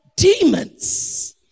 demons